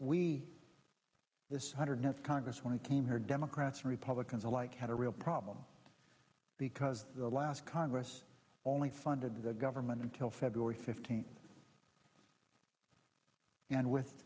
this hundred us congress when it came here democrats and republicans alike had a real problem because the last congress only funded the government until february fifteenth and with